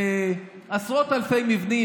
עשרות אלפי מבנים,